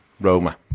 Roma